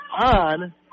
on